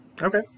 Okay